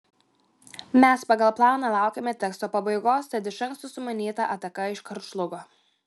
mes pagal planą laukėme teksto pabaigos tad iš anksto sumanyta ataka iškart žlugo